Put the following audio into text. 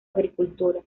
agricultura